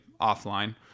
offline